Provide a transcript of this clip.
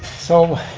so